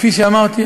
כפי שאמרתי,